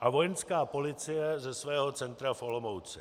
a Vojenská policie ze svého centra v Olomouci.